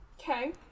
Okay